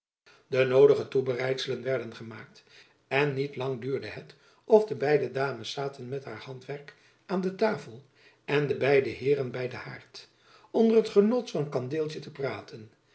de noodige toebereidselen werden gemaakt en niet lang duurde het of de beide dames zaten met haar jacob van lennep elizabeth musch handwerk aan de tafel en de beide heeren by den haard onder het genot van een kandeeltjen te praten